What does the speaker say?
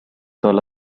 todas